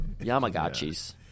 Yamagachis